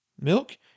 Milk